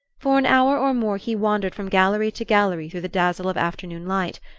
for an hour or more he wandered from gallery to gallery through the dazzle of afternoon light,